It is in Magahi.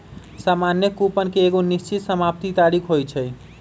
सामान्य कूपन के एगो निश्चित समाप्ति तारिख होइ छइ